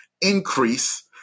increase